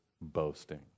boasting